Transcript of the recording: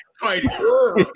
fighting